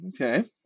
Okay